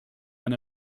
men